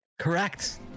Correct